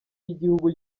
y’igihugu